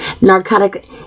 narcotic